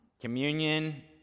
Communion